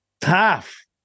tough